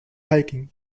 hiking